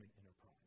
enterprise